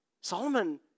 Solomon